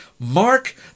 Mark